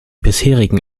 bisherigen